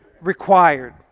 required